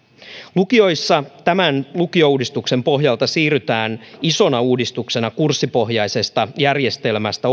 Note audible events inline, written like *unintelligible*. lukioissa tämän lukiouudistuksen pohjalta siirrytään isona uudistuksena kurssipohjaisesta järjestelmästä *unintelligible*